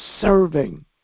serving